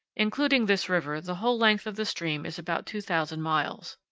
including this river, the whole length of the stream is about two thousand miles.